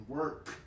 work